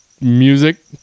Music